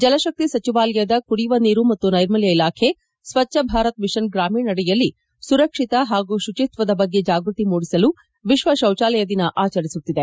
ಜಲಶಕ್ತಿ ಸಚಿವಾಲಯದ ಕುಡಿಯುವ ನೀರು ಮತ್ತು ನೈರ್ಮಲ್ಯ ಇಲಾಖೆ ಸ್ವಚ್ಛ ಭಾರತ್ ಮಿಷನ್ ಗ್ರಾಮೀಣ ಅಡಿಯಲ್ಲಿ ಸುರಕ್ಷಿತ ಹಾಗೂ ಶುಚಿತ್ವದ ಬಗ್ಗೆ ಜಾಗೃತಿ ಮೂಡಿಸಲು ವಿಶ್ವ ಶೌಚಾಲಯ ದಿನ ಆಚರಿಸುತ್ತಿದೆ